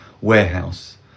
warehouse